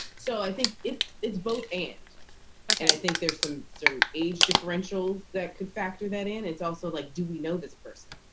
so i think it's it's both. and i think there's some certain age differentials that could factor that in. it's also like, do we know this person?